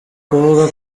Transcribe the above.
kuvuga